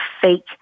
fake